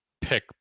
pick